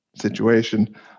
situation